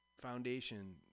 Foundation